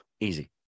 Easy